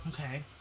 okay